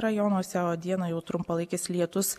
rajonuose o dieną jau trumpalaikis lietus